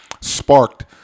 sparked